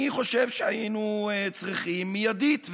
אני חושב שהיינו צריכים מיידית,